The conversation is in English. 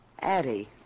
Addie